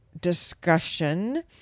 discussion